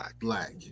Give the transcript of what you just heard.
Black